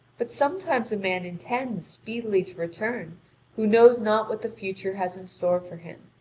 but sometimes a man intends speedily to return who knows not what the future has in store for him.